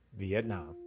Vietnam